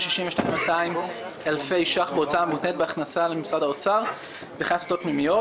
62,200 אלפי שקל בהוצאה המותנית בהכנסה למשרד האוצר וכן הסטות פנימיות.